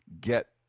get